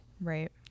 Right